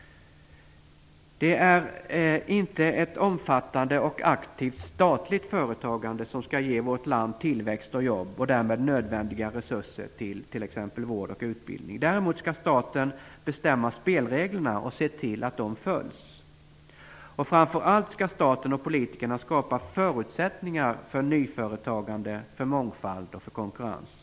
Det är inte ett omfattande och aktivt statligt företagande som skall ge vårt land tillväxt och jobb och därmed nödvändiga resurser till t.ex. vård och utbildning. Däremot skall staten bestämma spelreglerna och se till att de följs. Och framför allt skall staten och politikerna skapa förutsättningar för nyföretagande, för mångfald och för konkurrens.